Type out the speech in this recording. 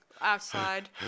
outside